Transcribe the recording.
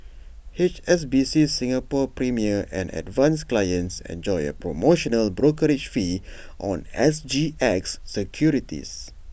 H S B C Singapore's premier and advance clients enjoy A promotional brokerage fee on S G X securities